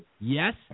yes